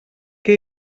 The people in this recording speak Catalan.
que